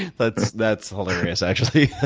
that's that's hilarious actually.